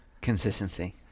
Consistency